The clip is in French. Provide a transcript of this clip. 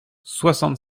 soixante